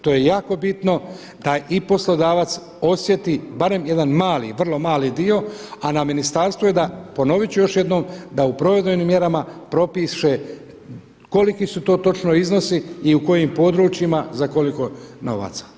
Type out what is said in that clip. To je jako bitno, da i poslodavac osjeti barem jedan mali vrlo mali dio, a na ministarstvu je da, ponovit ću još jednom da u provedbenim mjerama propiše koliki su to točno iznosi i u kojim područjima za koliko novaca.